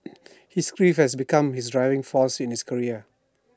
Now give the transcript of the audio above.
his grief has become his driving force in his career